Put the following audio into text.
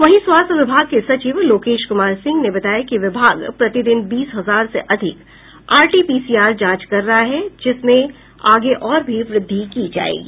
वहीं स्वास्थ्य विभाग के सचिव लोकेश कुमार सिंह ने बताया कि विभाग प्रतिदिन बीस हजार से अधिक आरटीपीसीआर जांच कर रहा है जिसमें आगे और भी वृद्धि की जायेगी